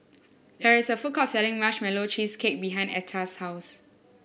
there is a food court selling Marshmallow Cheesecake behind Etta's house